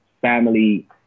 family